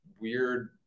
weird